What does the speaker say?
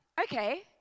okay